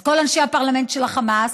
אז כל אנשי הפרלמנט של החמאס,